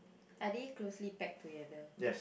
are they closely packed together